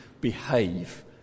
behave